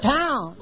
town